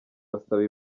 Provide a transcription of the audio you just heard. basaba